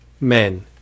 men